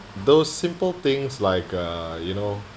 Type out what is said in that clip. those simple things like uh you know